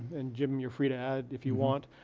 and jim, you're free to add if you want,